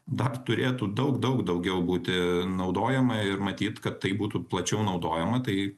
dar turėtų daug daug daugiau būti naudojama ir matyt kad tai būtų plačiau naudojama tai